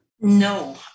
No